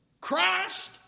Christ